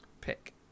pick